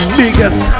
biggest